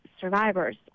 survivors